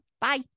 Bye